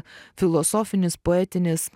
filosofinis poetinis